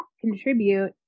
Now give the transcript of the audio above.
contribute